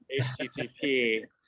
http